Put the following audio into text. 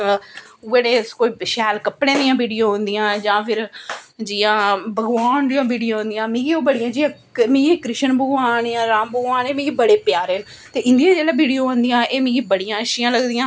उऐ नेह् कोई शैल कपड़े आह्लियां वीडियो होंदियां जां फिर ओह् भगवान दियां वीडियो होंदियां ओह् मिगी राम भगवान जां कृष्ण भगवान एह् मिगी बड़े प्यारे न ते इंदियां जेह्ड़ियां वीडियो औंदियां एह् मिगी बड़ी अच्छी लगदियां